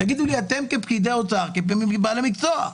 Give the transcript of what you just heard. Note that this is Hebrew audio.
תגידו לי אתם כפקידי משרד האוצר, כבעלי מקצוע.